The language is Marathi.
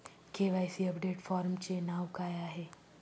के.वाय.सी अपडेट फॉर्मचे नाव काय आहे?